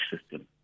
system